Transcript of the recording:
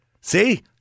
See